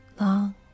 long